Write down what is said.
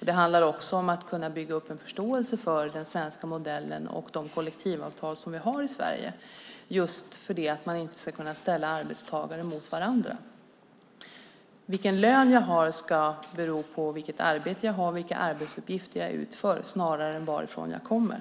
Det handlar också om att bygga upp en förståelse för den svenska modellen och de kollektivavtal vi har i Sverige. Då kan inte arbetstagare ställas mot varandra. Den lön jag får ska bero på det arbete jag har och vilka arbetsuppgifter jag utför snarare än varifrån jag kommer.